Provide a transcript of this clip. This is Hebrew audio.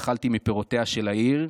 אכלתי מפירותיה של העיר,